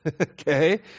Okay